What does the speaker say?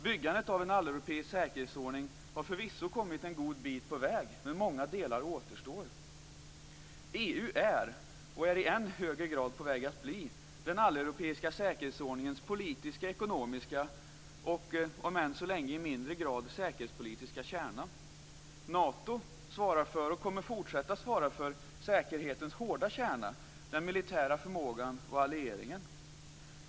Byggandet av en alleuropeisk säkerhetsordning har förvisso kommit en god bit på väg, men många delar återstår. EU är, och är i än högre grad på väg att bli, den alleuropeiska säkerhetsordningens politiska, ekonomiska och, om än i mindre grad än så länge, säkerhetspolitiska kärna. Nato svarar för, och kommer att fortsätta att svara för säkerhetens hårda kärna, den militära förmågan och alliansen.